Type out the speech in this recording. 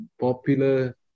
popular